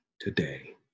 today